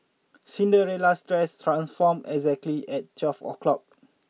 Cinderella's dress transformed exactly at twelve o'clock